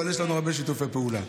אבל יש בינינו הרבה שיתופי פעולה,